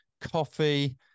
coffee